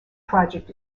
project